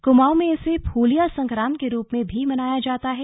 कुमाऊं में इसे फूलिया संक्रांत के रूप में भी मनाया जाता है